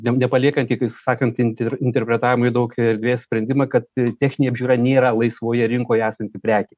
ne nepaliekantį kaip sakant inte interpretavimui daug erdvės sprendimą kad techninė apžiūra nėra laisvoje rinkoj esanti prekė